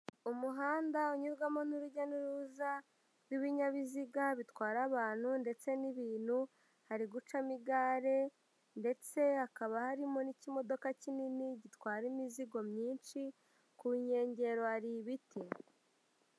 Umuhanda unyurwamo n'urujya n'uruza rw'ibinyabiziga bitwara abantu ndetse n'ibintu, hari gucamo igare ndetse hakaba harimo n'ikimodoka kinini gitwara imizigo myinshi, ku nkengero hari ibiti.